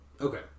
Okay